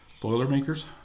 Boilermakers